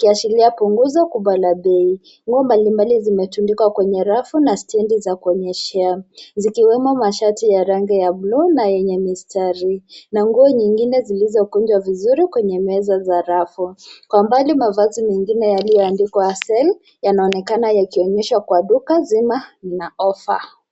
kuashiria punguzo la bei. Nguo mbalimbali zimetundikwa kwenye rafu na stendi za kuonyeshea; zikiwemo mashati ya rangi ya buluu na yenye mistari na nguo nyingine zilizokunjwa vizuri kwenye meza za rafu. Kwa mbali mavazi mengine yaliyoandikwa Sale yanaonekana yakionyeshwa kwa duka zima na ofa.